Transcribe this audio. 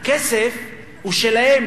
הכסף הוא שלהם.